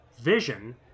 vision